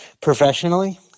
Professionally